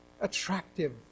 attractive